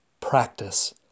Practice